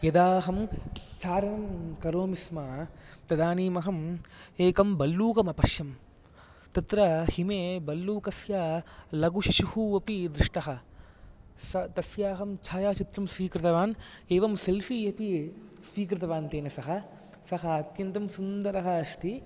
यदाऽहं चारणं करोमि स्म तदानीमहम् एकं भल्लूकम् अपश्यम् तत्र हिमे भल्लूकस्य लघुशिशुः अपि दृष्टः स तस्य अहं छायाचित्रं स्वीकृतवान् एवं सेल्फी इति स्वीकृतवान् तेन सह सः अत्यन्तं सुन्दरः अस्ति